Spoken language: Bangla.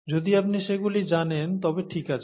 যদি আপনি সেগুলি জানেন তবে ঠিক আছে